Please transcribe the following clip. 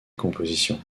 composition